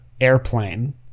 airplane